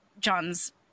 John's